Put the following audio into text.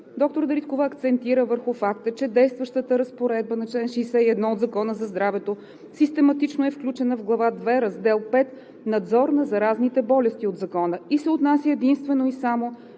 Доктор Дариткова акцентира върху факта, че действащата разпоредба на чл. 61 от Закона за здравето систематично е включена в глава II, раздел V „Надзор на заразните болести“ от Закона и се отнася единствено и само